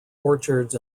orchards